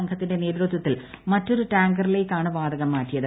സംഘത്തിന്റെ നേതൃത്വത്തിൽ മറ്റൊരു ടാങ്കറിലേക്ക് ആണ് വാതകം മാറ്റിയത്